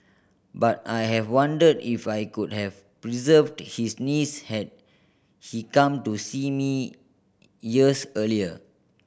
but I have wondered if I could have preserved his knees had he come to see me years earlier